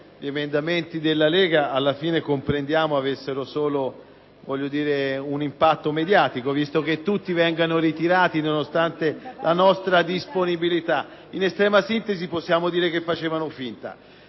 gli emendamenti della Lega avessero solo un impatto mediatico visto che tutti vengono ritirati nonostante la nostra disponibilità. In estrema sintesi, possiamo dire che facevano finta.